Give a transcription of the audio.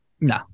No